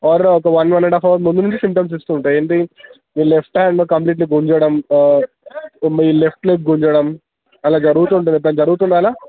are ఒక one one and half hour ముందు నుంచి సింటమ్స్ ఇస్తూ ఉంటాయి ఏంటి మీ లెఫ్ట్ హ్యాండ్ కంప్లీట్లీ గుంజడం మీ లెఫ్ట్ లెగ్ గుంజడం అలా జరుగుతూ ఉంటుంది ఎప్పుడైనా జరుగుతుందా అలా